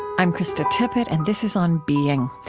i'm krista tippett and this is on being.